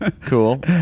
Cool